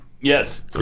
Yes